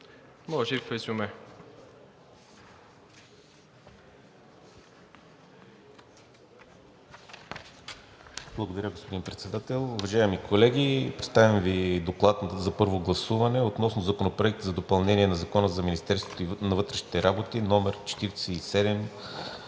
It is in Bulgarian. Може и в резюме.